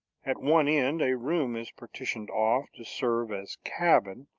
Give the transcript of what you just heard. at one end, a room is partitioned off to serve as cabin,